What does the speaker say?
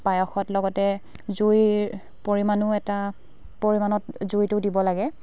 পায়সত লগতে জুইৰ পৰিমাণো এটা পৰিমাণত জুইটো দিব লাগে